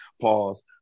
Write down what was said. pause